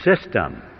system